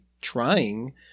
trying